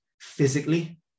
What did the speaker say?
physically